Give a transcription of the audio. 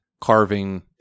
carving